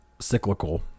cyclical